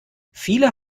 viele